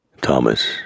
Thomas